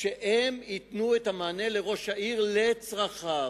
שהם ייתנו את המענה לראש העיר, לצרכיו.